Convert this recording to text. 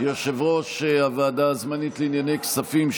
יושב-ראש הוועדה הזמנית לענייני כספים,